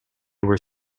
were